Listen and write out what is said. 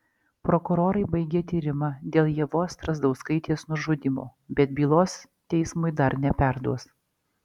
prokurorai baigė tyrimą dėl ievos strazdauskaitės nužudymo bet bylos teismui dar neperduos